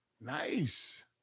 Nice